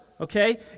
Okay